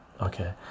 okay